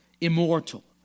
immortal